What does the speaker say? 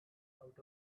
out